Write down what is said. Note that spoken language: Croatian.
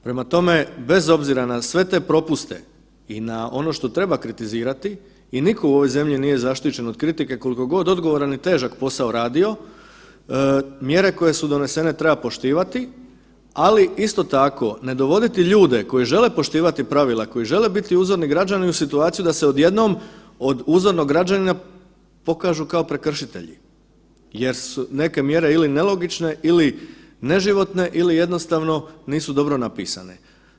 Prema tome, bez obzira na sve te propuste i na ono što treba kritizirati i niko u ovoj zemlji nije zaštićen od kritike koliko god odgovoran i težak posao radi, mjere koje su donese treba poštivati, ali isto tako ne dovoditi ljude koji žele poštivati pravila, koji žele biti uzorni građani u situaciju da se odjednom od uzornog građanina pokažu kao prekršitelji jer su neke mjere ili nelogične ili neživotne ili jednostavno nisu dobro napisane.